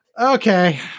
Okay